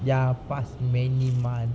ya past many month